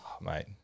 Mate